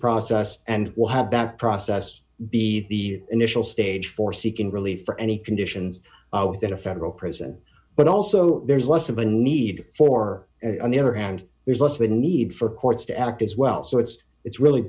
process and will have that process be the initial stage for seeking relief for any conditions within a federal prison but also there's less of a need for on the other hand there's less of a need for courts to act as well so it's it's really